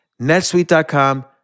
netsuite.com